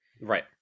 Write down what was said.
Right